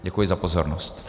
Děkuji za pozornost.